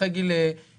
אחרי גיל 60,